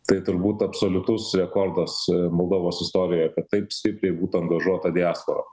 tai turbūt absoliutus rekordas moldovos istorijoje kad taip stipriai būtų angažuota diaspora